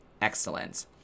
excellent